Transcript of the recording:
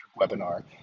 webinar